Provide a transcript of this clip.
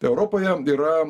europoje yra